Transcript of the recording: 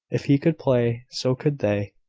if he could play, so could they.